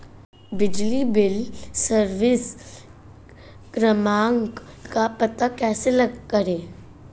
बिजली bill service क्रमांक का पता कैसे करें?